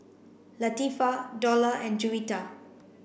Latifa Dollah and Juwita